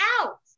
out